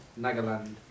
Nagaland